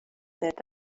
that